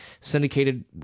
syndicated